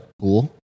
pool